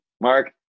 Mark